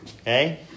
Okay